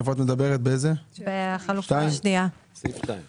על איזה סעיף את